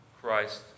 Christ